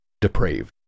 depraved